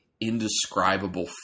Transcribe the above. indescribable